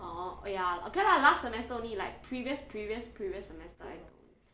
oh ya okay lah last semester only like previous previous previous semester I think